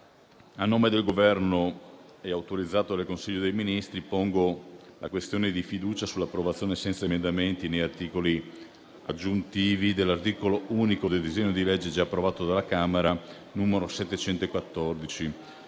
a nome del Governo, autorizzato dal Consiglio dei ministri, pongo la questione di fiducia sull'approvazione, senza emendamenti né articoli aggiuntivi, dell'articolo unico del disegno di legge n. 714, di conversione, con